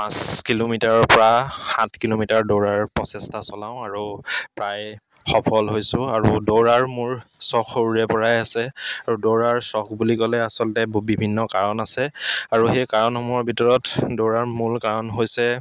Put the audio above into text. পাঁচ কিলোমিটাৰৰপৰা সাত কিলোমিটাৰ দৌৰাৰ প্ৰচেষ্টা চলাওঁ আৰু প্ৰায় সফল হৈছোঁ আৰু দৌৰাৰ মোৰ চখ সৰুৰেপৰাই আছে আৰু দৌৰাৰ চখ বুলি ক'লে আচলতে বিভিন্ন কাৰণ আছে আৰু সেই কাৰণসমূহৰ ভিতৰত দৌৰাৰ মূল কাৰণ হৈছে